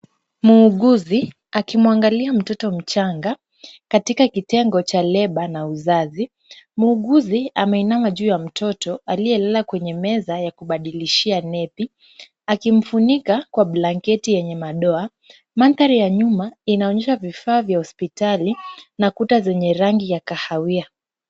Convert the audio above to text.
Muuguzi akimwangalia mtoto mchanga katika kitengo cha labour na uzazi . Muuguzi ameinama juu ya mtoto aliyelala kwenye meza ya kubadilishia nepi . Akimfunuka kwa blanketi yenye madoa . Mandhari ya nyuma inaonyesha vifaa vya hospitali na kuta zenye rangi ya kahawia.